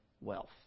wealth